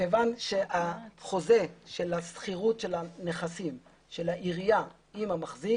מכיוון שהחוזה של השכירות של הנכסים של העירייה עם המחזיק